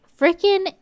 freaking